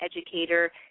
educator